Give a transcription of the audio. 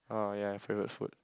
oh ya your favorite food